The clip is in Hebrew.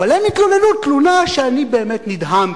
אבל הם התלוננו תלונה שאני באמת נדהמתי: